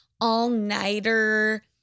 all-nighter